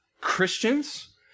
Christians